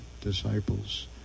disciples